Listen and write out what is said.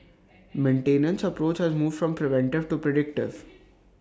maintenance approach has moved from preventive to predictive